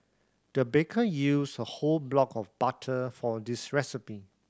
the baker used a whole block of butter for this recipe